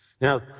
Now